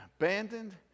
abandoned